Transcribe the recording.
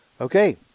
Okay